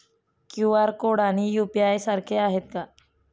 QR code आणि UPI सारखे आहेत का?